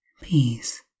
Peace